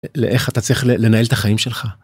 איך אתה צריך לנהל את החיים שלך.